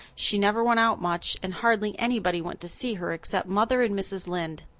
she never went out much and hardly anybody went to see her except mother and mrs. lynde.